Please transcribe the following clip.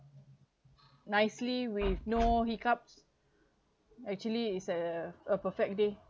nicely with no hiccups actually is a a perfect day